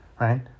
Right